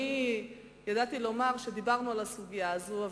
אני ידעתי לומר שדיברנו על הסוגיה הזאת.